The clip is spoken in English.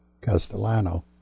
Castellano